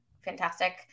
fantastic